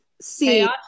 See